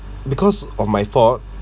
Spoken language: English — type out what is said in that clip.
because of my fault